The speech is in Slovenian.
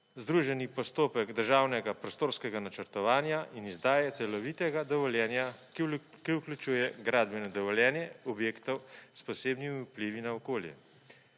združeni postopek državnega prostorskega načrtovanja in izdaje celovitega dovoljenja, ki vključuje gradbeno dovoljenje objektov s posebnimi vplivi na okolje.